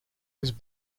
was